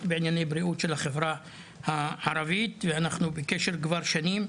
בבריאות של החברה הערבית ואנחנו בקשר כבר שנים,